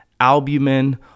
albumin